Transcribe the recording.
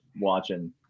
watching –